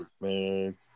Man